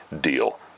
deal